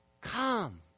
come